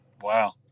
Wow